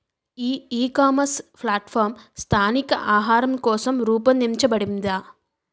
ఈ ecommerce platform స్థానిక ఆహారం కోసం రూపొందించబడిందా?